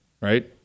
right